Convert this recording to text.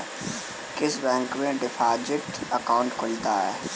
किस बैंक में deposit account खुलता है?